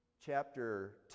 chapter